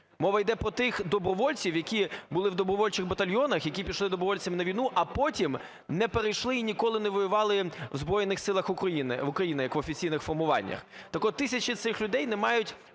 Мова йде про тих добровольців, які були в добровольчих батальйонах, які пішли добровольцями на війну, а потім не перейшли і ніколи не воювали в Збройних Силах України як в офіційних формуваннях. Так от тисячі цих людей не мають